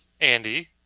Andy